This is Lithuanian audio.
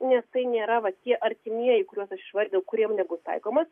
nes tai nėra va tie artimieji kuriuos aš išvardijau kuriem nebus taikomas